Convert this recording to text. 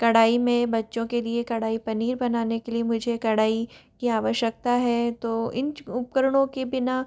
कढ़ाई में बच्चों के लिए कढ़ाई पनीर बनाने के लिए मुझे कढ़ाई की आवश्यकता है तो इन उपकरणों के बिना